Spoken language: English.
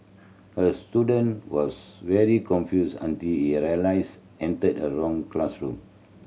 the student was very confused until he realised entered the wrong classroom